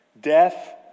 Death